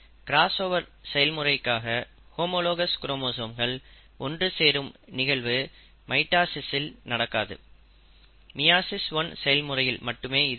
crossover செயல்முறைக்காக homologous குரோமோசோம்கள் ஒன்று சேரும் நிகழ்வு மைட்டாசிஸ்இல் நடக்காது மியாசிஸ் 1 செயல்முறையில் மட்டுமே இது நடக்கும்